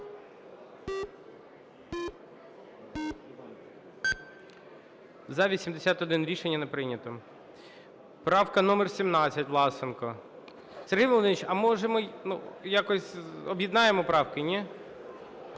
За-81 Рішення не прийнято. Правка номер 17, Власенко. Сергій Володимирович, а може, ми якось об'єднаємо правки, ні?